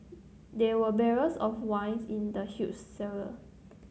there were barrels of wines in the huge cellar